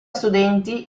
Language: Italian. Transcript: studenti